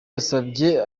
yasabye